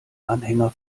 anhänger